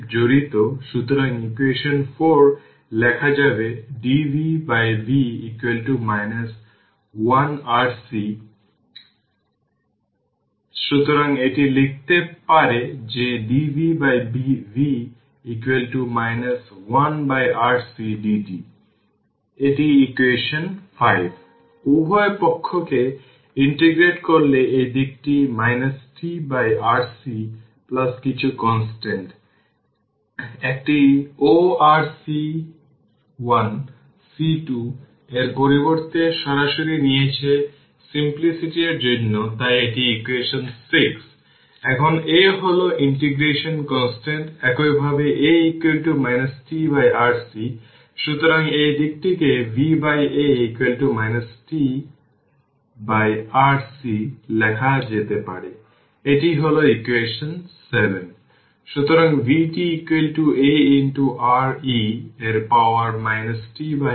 অন্য কথায় সার্কিটকে তার স্টাডি স্টেট এ পৌঁছতে t 5 τ লাগে যখন সময়ের সাথে কোনো পরিবর্তন না ঘটে তখন r লাগে না তার মানে এই গ্রাফ এর জন্য যদি এটি τ পর্যন্ত যায় 2 τ থেকে 3 τ পর্যন্ত